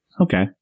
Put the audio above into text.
Okay